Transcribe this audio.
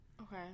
Okay